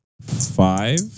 five